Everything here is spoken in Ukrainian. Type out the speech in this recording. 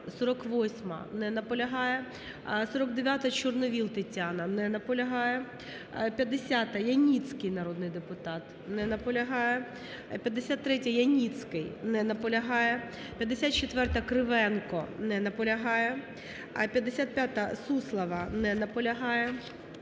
48-а. Не наполягає. 49-а, Чорновол Тетяна. Не наполягає. 50-а, Яніцький народний депутат. Не наполягає. 53-я, Яніцький. Не наполягає. 54-а, Кривенко. Не наполягає. 55-а, Суслова. Не наполягає.